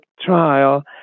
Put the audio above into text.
trial